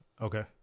Okay